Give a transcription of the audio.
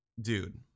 Dude